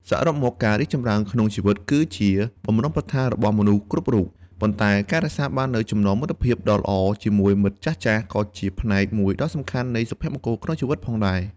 សរុបមក ការរីកចម្រើនក្នុងជីវិតគឺជាបំណងប្រាថ្នារបស់មនុស្សគ្រប់រូប ប៉ុន្តែការរក្សាបាននូវចំណងមិត្តភាពដ៏ល្អជាមួយមិត្តភក្តិចាស់ៗ ក៏ជាផ្នែកមួយដ៏សំខាន់នៃសុភមង្គលក្នុងជីវិតផងដែរ។